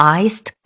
,iced